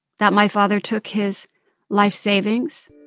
that my father took his life savings.